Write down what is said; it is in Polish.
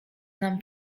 nam